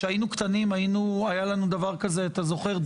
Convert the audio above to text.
כשהיינו קטנים היה לנו דבר כזה, אתה זוכר?